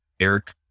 Eric